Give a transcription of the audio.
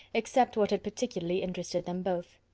except what had particularly interested them both.